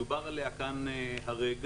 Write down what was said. שדובר עליה כאן הרגע,